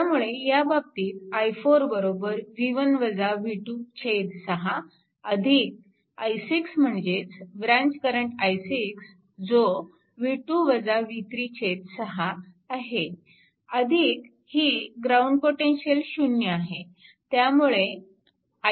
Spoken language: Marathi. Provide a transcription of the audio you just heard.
त्यामुळे ह्या बाबतीत i4 6 अधिक i6 म्हणजेच ब्रँच करंट i6 जो 6 आहे अधिक ही ग्राउंड पोटेन्शिअल 0 आहे